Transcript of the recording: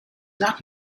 not